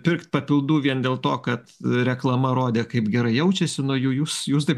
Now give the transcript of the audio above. pirkt papildų vien dėl to kad reklama rodė kaip gerai jaučiasi nuo jų jūs jūs taip